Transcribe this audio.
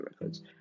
records